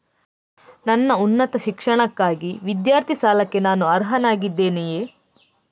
ನನ್ನ ಉನ್ನತ ಶಿಕ್ಷಣಕ್ಕಾಗಿ ವಿದ್ಯಾರ್ಥಿ ಸಾಲಕ್ಕೆ ನಾನು ಅರ್ಹನಾಗಿದ್ದೇನೆಯೇ?